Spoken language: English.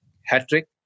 hat-trick